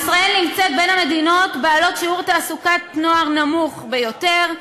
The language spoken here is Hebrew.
ישראל נמצאת בין המדינות בעלות שיעור תעסוקת נוער נמוך ביותר,